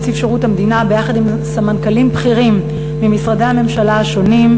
נציב שירות המדינה יחד עם סמנכ"לים בכירים ממשרדי הממשלה השונים,